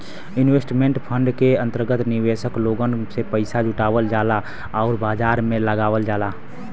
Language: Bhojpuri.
इन्वेस्टमेंट फण्ड के अंतर्गत निवेशक लोगन से पइसा जुटावल जाला आउर बाजार में लगावल जाला